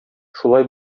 шулай